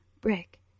brick